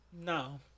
No